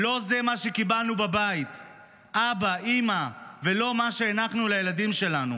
לא זה מה שקיבלנו בבית אבא-אימא ולא מה שהענקנו לילדים שלנו.